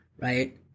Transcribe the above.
right